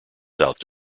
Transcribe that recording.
south